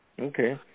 Okay